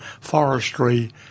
forestry